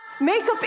Makeup